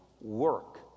work